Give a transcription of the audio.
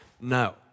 No